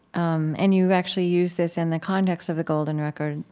um and you actually use this in the context of the golden record.